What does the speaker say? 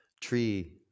Tree